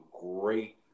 great